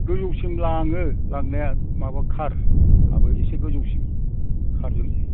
गोजौसिम लाङो लांनाया माबा खार हाबो एसे गोजौसिम खारजों